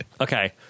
Okay